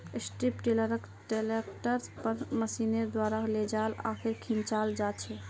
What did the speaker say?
strip टीलारक ट्रैक्टरेर मन मशीनेर द्वारा लेजाल आर खींचाल जाछेक